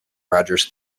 rogers